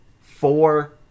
four